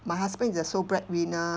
my husband is the sole breadwinner